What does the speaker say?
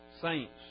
saints